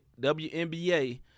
WNBA